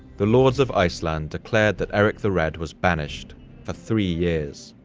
the lords of iceland declared that erik the red was banished for three years.